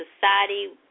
society